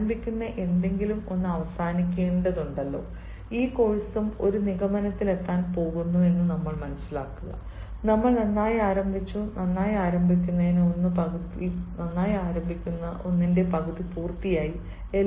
എന്നാൽ ആരംഭിക്കുന്ന എന്തെങ്കിലും അവസാനിക്കേണ്ടതുണ്ട് ഈ കോഴ്സും ഒരു നിഗമനത്തിലെത്താൻ പോകുന്നു നമ്മൾ നന്നായി ആരംഭിച്ചു നന്നായി ആരംഭിക്കുന്ന ഒന്ന് പകുതി പൂർത്തിയായി